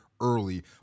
early